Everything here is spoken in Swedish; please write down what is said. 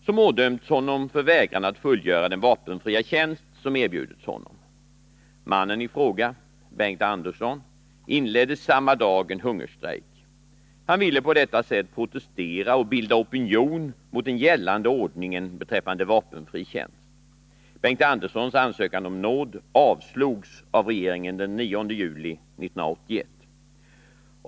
som ådömts honom för vägran att fullgöra den vapenfria tjänst som erbjudits honom. Mannen i fråga —- Bengt Andersson — inledde samma dag en hungerstrejk. Han ville på detta sätt protestera och bilda opinion mot den gällande ordningen beträffande vapenfri tjänst. Bengt Anderssons ansökan om nåd avslogs av regeringen den 9 juli 1981.